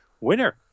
winner